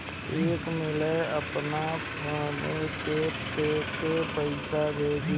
एक मिला आपन फोन्वे से तोके पइसा भेजी